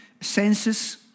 senses